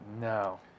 No